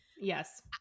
yes